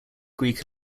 greek